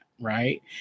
right